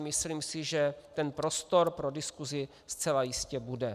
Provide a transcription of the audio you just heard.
Myslím si, že prostor pro diskusi zcela jistě bude.